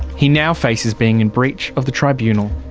he now faces being in breach of the tribunal.